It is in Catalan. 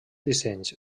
dissenys